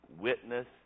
witness